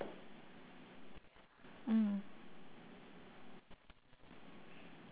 mm